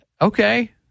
okay